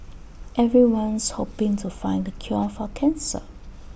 everyone's hoping to find the cure for cancer